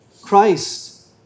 Christ